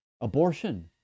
abortion